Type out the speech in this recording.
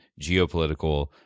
geopolitical